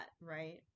right